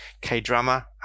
K-drama